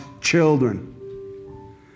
children